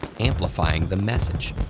amplifying the message.